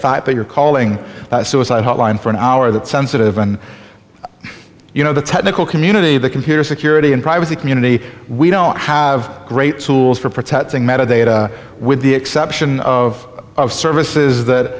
fact that you're calling suicide hotline for an hour that sensitive and you know the technical community the computer security and privacy community we don't have great tools for protecting medicare with the exception of services that